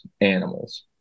animals